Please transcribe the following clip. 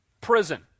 prison